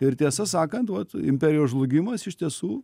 ir tiesą sakant vat imperijos žlugimas iš tiesų